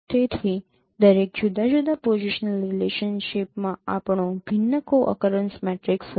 તેથી દરેક જુદા જુદા પોઝિશનલ રિલેશનશિપમાં આપણો ભિન્ન કો અકરેન્સ મેટ્રિક્સ હશે